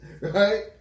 Right